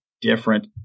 different